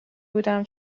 بودم